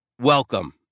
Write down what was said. Welcome